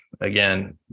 again